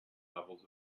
levels